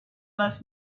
left